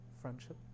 friendship